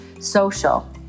social